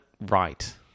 right